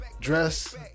dress